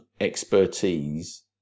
expertise